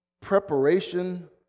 preparation